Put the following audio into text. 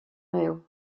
mail